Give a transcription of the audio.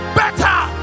better